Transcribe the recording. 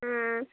ಹ್ಞೂ